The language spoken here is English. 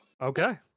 Okay